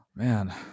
man